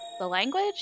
language